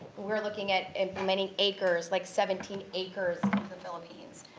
we're looking at and many acres, like seventeen acres to the philippines.